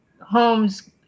homes